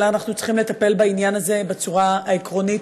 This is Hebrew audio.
אבל אנחנו צריכים לטפל בעניין הזה מבחינה עקרונית.